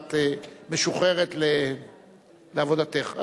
ואת משוחררת לעבודתך.